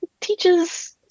teaches